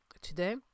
today